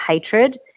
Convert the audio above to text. hatred